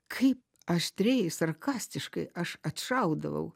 kaip aštriai sarkastiškai aš atšaudavau